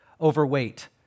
overweight